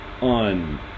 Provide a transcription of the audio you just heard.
on